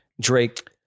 Drake